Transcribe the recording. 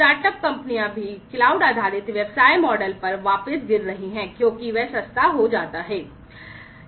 startup कंपनियां भी cloud आधारित व्यवसाय मॉडल का उपयोग कर रही हैं क्योंकि वह सस्ता है वह सस्ता हो जाता है